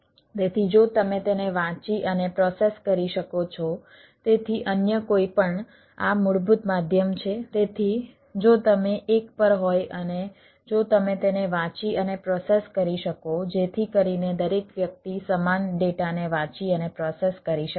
તેથી જો તમે તેને વાંચી અને પ્રોસેસ કરી શકો છો તેથી અન્ય કોઈપણ આ મૂળભૂત માધ્યમ છે તેથી જો તમે એક પર હોય અને જો તમે તેને વાંચી અને પ્રોસેસ કરી શકો જેથી કરીને દરેક વ્યક્તિ સમાન ડેટાને વાંચી અને પ્રોસેસ કરી શકે